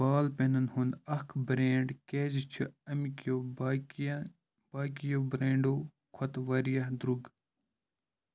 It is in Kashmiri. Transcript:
بال پٮ۪نَن ہُنٛد اکھ بریٚنٛڈ کیٛازِ چھ اَمہِ کیٛو باقیٛا باقِیَو بریٚنٛڈو کھۄتہٕ واریاہ درٛوگ